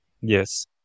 Yes